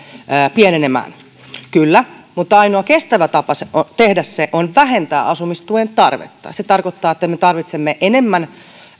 pienenemään kyllä mutta ainoa kestävä tapa tehdä se on vähentää asumistuen tarvetta se tarkoittaa että me tarvitsemme enemmän